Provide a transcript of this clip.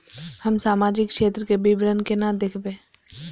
हम सामाजिक क्षेत्र के विवरण केना देखब?